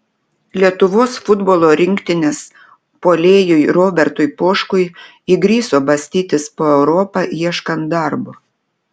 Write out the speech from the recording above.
lietuvos futbolo rinktinės puolėjui robertui poškui įgriso bastytis po europą ieškant darbo